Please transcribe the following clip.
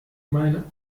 meine